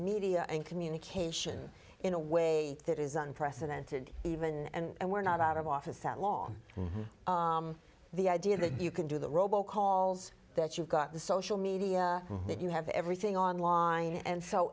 media and communication in a way that is unprecedented even and we're not out of office that long the idea that you can do the robo calls that you've got the social media that you have everything online and so